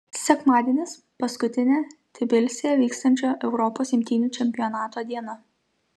sekmadienis paskutinė tbilisyje vykstančio europos imtynių čempionato diena